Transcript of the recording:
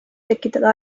tekitada